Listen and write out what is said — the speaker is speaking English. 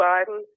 Biden